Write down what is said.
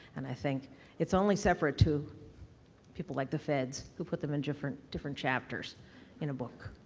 and i think it's only separate to people like the feds who put them in different different chapters in a book.